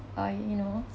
uh you know